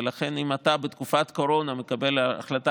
ולכן אם אתה בתקופת קורונה מקבל החלטה